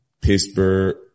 Pittsburgh